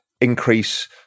increase